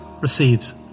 receives